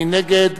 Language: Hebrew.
מי נגד?